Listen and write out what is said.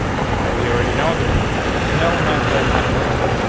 now we already know that we can just have the element and then whatever.